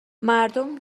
مردم